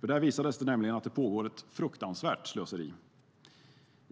Där visades nämligen att det pågår ett fruktansvärt slöseri.